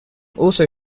also